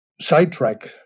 sidetrack